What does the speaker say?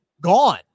Gone